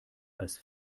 als